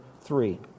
three